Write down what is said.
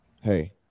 hey